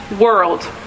world